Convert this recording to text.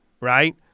right